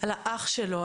על האח שלו,